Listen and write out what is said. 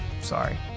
Sorry